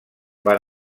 van